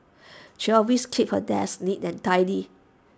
she always keeps her desk neat and tidy